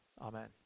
Amen